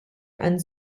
and